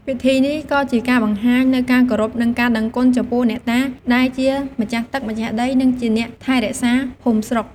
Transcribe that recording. ពិធីនេះក៏ជាការបង្ហាញនូវការគោរព និងការដឹងគុណចំពោះអ្នកតា ដែលជាម្ចាស់ទឹក ម្ចាស់ដី និងជាអ្នកថែរក្សាភូមិស្រុក។